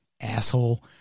Asshole